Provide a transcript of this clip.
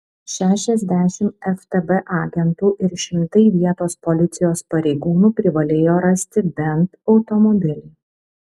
šešiasdešimt ftb agentų ir šimtai vietos policijos pareigūnų privalėjo rasti bent automobilį